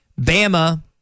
Bama